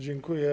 Dziękuję.